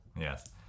yes